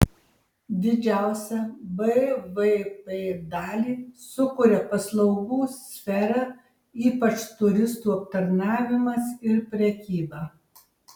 didžiausią bvp dalį sukuria paslaugų sfera ypač turistų aptarnavimas ir prekyba